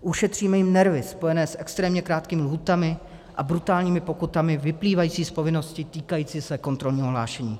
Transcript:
Ušetříme jim nervy spojené s extrémně krátkými lhůtami a brutálními pokutami vyplývající z povinnosti týkající se kontrolního hlášení.